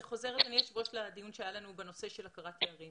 זה חוזר אדוני היושב ראש לדיון שהיה לנו בנושא שלהכרת תארים.